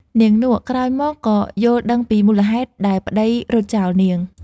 នាងនក់ ក្រោយមកក៏យល់ដឹងពីមូលហេតុដែលប្តីរត់ចោលនាង ។